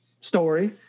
story